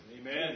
Amen